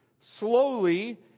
slowly